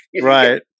Right